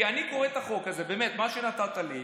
אני קורא את החוק הזה, באמת, את מה שנתת לי,